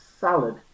salad